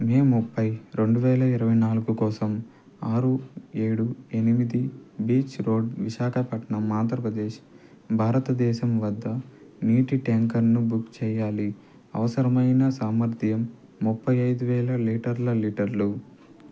మే ముప్పై రెండు వేల ఇరవై నాలుగు కోసం ఆరు ఏడు ఎనిమిది బీచ్ రోడ్ విశాఖపట్నం ఆంధ్రప్రదేశ్ భారతదేశం వద్ద నీటి ట్యాంకర్ను బుక్ చేయాలి అవసరమైన సామర్థ్యం ముప్పై ఐదు వేల లీటర్ల లీటర్లు